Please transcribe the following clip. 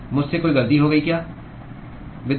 मुझसे कोई गलती हो गई क्य